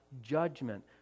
judgment